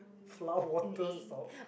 flour water salt